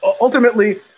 ultimately